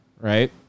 right